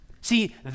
See